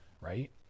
right